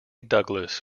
douglas